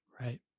Right